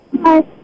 Hi